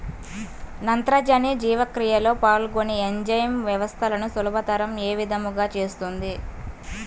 నత్రజని జీవక్రియలో పాల్గొనే ఎంజైమ్ వ్యవస్థలను సులభతరం ఏ విధముగా చేస్తుంది?